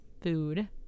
food